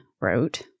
wrote